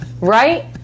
right